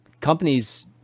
companies